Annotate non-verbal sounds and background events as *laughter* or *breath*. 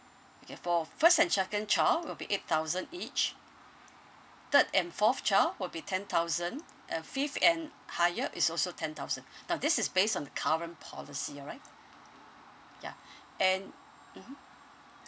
okay for first and second child will be eight thousand each third and fourth child will be ten thousand uh fifth and higher is also ten thousand *breath* now this is based on the current policy alright ya *breath* and mmhmm